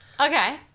Okay